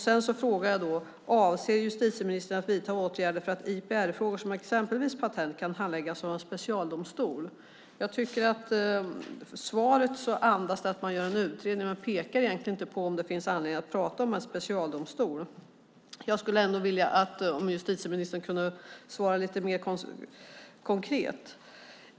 Sedan frågade jag: "Avser justitieministern att vidta åtgärder för att IPR-frågor som exempelvis patent kan handläggas av en specialdomstol?" Svaret andas att man gör en utredning men pekar egentligen inte på om det finns anledning att prata om en specialdomstol. Jag skulle ändå vilja att justitieministern svarade lite mer konkret.